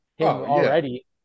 already